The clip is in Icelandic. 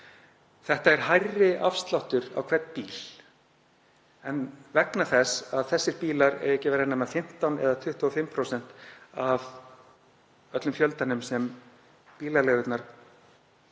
Þetta er hærri afsláttur á hvern bíl en vegna þess að þessir bílar eiga ekki að vera nema 15 eða 25% af öllum fjöldanum sem bílaleigurnar kaupa